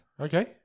Okay